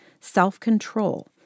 self-control